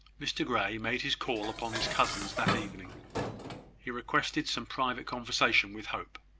mr grey made his call upon his cousins that evening he requested some private conversation with hope.